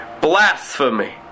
blasphemy